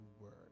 word